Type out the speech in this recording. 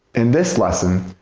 in this lesson,